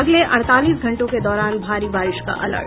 अगले अड़तालीस घंटों के दौरान भारी बारिश का अलर्ट